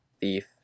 thief